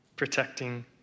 protecting